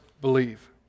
believe